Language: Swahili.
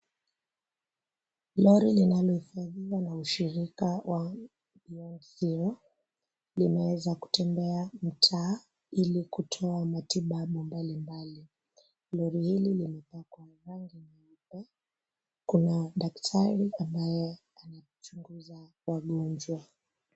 Lori linalohifadhiwa na ushirika wa BEYOND ZERO , limeweza kutembea mtaa ili kutoa matibabu mbali mbali. Lori hili limepakwa rangi nyeupe. Kuna daktari ambaye anachunguza wagonjwa.